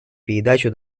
передачу